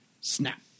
snap